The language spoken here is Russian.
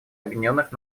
объединенных